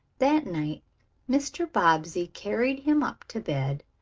that night mr. bobbsey carried him up to bed,